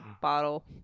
bottle